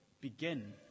begin